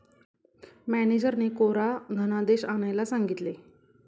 मॅनेजरने कोरा धनादेश आणायला सांगितले